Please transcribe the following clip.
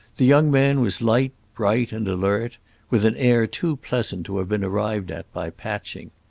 the young man was light bright and alert with an air too pleasant to have been arrived at by patching.